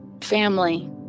Family